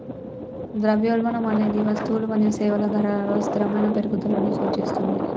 ద్రవ్యోల్బణం అనేది వస్తువులు మరియు సేవల ధరలలో స్థిరమైన పెరుగుదలను సూచిస్తది